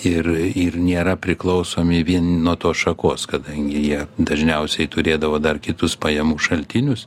ir ir nėra priklausomi vien nuo tos šakos kadangi jie dažniausiai turėdavo dar kitus pajamų šaltinius